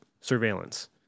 surveillance